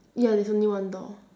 ya there's only one door